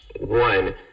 One